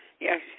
Yes